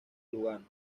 lugano